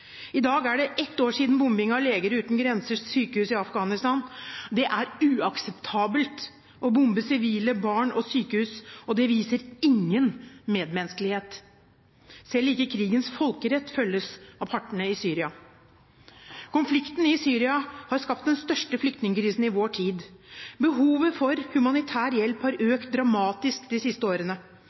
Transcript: I dag er det ett år siden bombingen av Leger Uten Grensers sykehus i Afghanistan. Det er uakseptabelt å bombe sivile, barn og sykehus, og de viser ingen medmenneskelighet. Selv ikke krigens folkerett følges av partene i Syria. Konflikten i Syria har skapt den største flyktningkrisen i vår tid. Behovet for humanitær hjelp har økt dramatisk de siste årene.